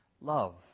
Love